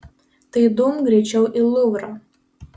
tai dumk greičiau į luvrą